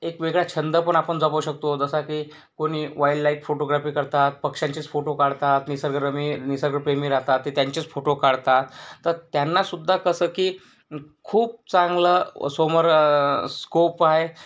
एक वेगळा छंद पण आपण जगवू शकतो जसा की कोणी वाइल्ड लाईफ फोटोग्राफी करतात पक्ष्यांचेच फोटो काढतात निसर्गरमी निसर्गप्रेमी राहतात ते त्यांचेच फोटो काढतात तर त्यांनासुद्धा कसं की खूप चांगला समोर स्कोप आहे